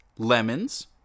Lemons